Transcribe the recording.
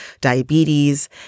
diabetes